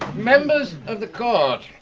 members of the court,